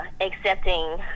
accepting